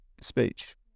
speech